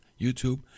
YouTube